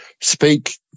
speak